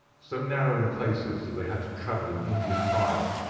so narrow in places that they had to travel in indian file,